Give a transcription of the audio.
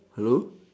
hello